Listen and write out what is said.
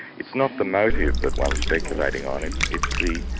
it's not the motive that one's speculating on, it's it's the